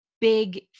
big